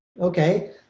okay